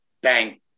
bang